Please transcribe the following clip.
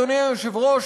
אדוני היושב-ראש,